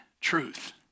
truth